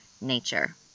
nature